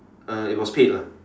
uh it was paid lah